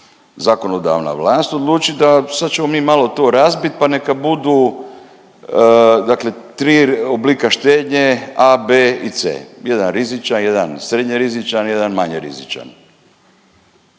zakonodavna vlast odluči da sad ćemo mi malo to razbit pa neka budu dakle 3 oblika štednje A, B i C. Jedan rizičan, jedan srednje rizičan, jedan manje rizičan.